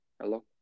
Hello